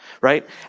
right